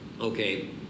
okay